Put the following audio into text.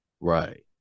Right